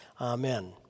Amen